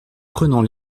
prenant